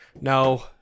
No